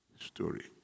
story